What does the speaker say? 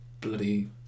bloody